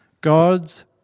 God's